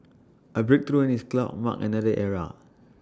A breakthrough in this cloud mark another era